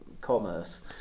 commerce